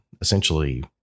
essentially